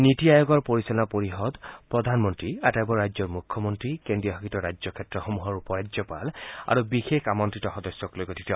নীতি আয়োগৰ পৰিচালনা পৰিষদ প্ৰধানমন্ত্ৰী আটাইবোৰ ৰাজ্যৰ মুখ্যমন্ত্ৰী কেন্দ্ৰীয়শাসিত ৰাজ্যক্ষেত্ৰৰ উপ ৰাজ্যপাল আৰু বিশেষ আমন্ত্ৰিত সদস্যক লৈ গঠিত